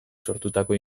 sortutako